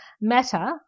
Matter